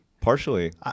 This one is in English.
Partially